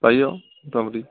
পাৰি আৰু মোটামুটি